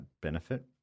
benefit